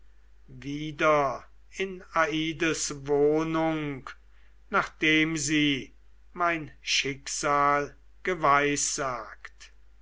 wieder in aides wohnung nachdem sie mein schicksal geweissagt